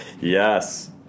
Yes